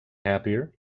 happier